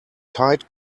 tight